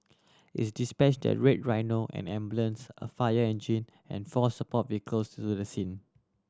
it dispatched a Red Rhino an ambulance a fire engine and four support vehicles to do the scene